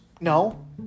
no